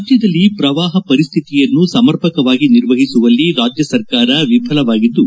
ರಾಜ್ಜದಲ್ಲಿ ಪ್ರವಾಹ ಪರಿಸ್ತಿತಿಯನ್ನು ಸಮರ್ಪಕವಾಗಿ ನಿರ್ವಹಿಸುವಲ್ಲಿ ರಾಜ್ಜಸರ್ಕಾರ ವಿಫಲವಾಗಿದ್ದು